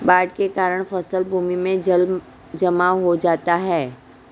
बाढ़ के कारण फसल भूमि में जलजमाव हो जाता है